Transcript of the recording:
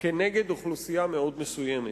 כנגד אוכלוסייה מאוד מסוימת.